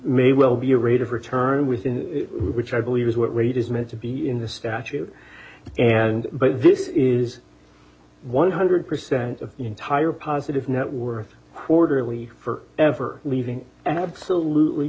may well be a rate of return within which i believe is what rate is meant to be in the statute and but this is one hundred percent of the entire positive net worth quarterly for ever leaving absolutely